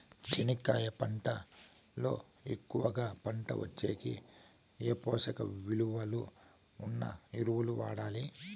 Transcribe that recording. చెనక్కాయ పంట లో ఎక్కువగా పంట వచ్చేకి ఏ పోషక విలువలు ఉన్న ఎరువులు వాడాలి?